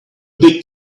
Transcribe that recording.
big